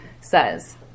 says